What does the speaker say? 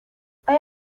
آیا